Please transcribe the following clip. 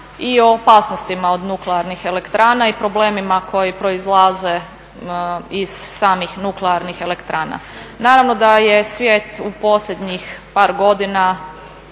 i o opasnostima od nuklearnih elektrana i problemima koji proizlaze iz samih nuklearnih elektrana. Naravno da je svijet u posljednjih par godina